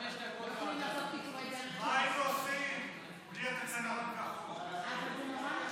והיא עוברת לוועדה המסדרת לקביעת ועדה